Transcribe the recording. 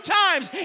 times